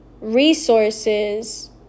resources